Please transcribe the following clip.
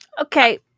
okay